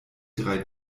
drei